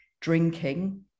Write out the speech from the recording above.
drinking